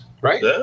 right